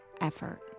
effort